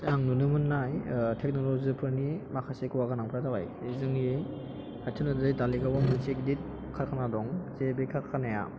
आं नुनो मोननाय टेक्न'ल'जि फोरनि माखासे खहागोनांफोरा जाबाय जोंनि खाथियावनो धालिगावआव मोनसे गिदिर कारखाना दं बे कारखानाया